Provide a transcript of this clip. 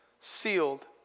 sealed